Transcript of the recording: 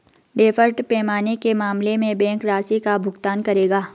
deferred payment के मामले में बैंक राशि का भुगतान करेगा